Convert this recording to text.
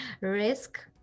Risk